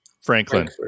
Franklin